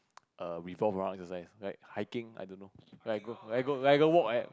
err revolve around exercise like hiking I don't know like a like a like a walk like that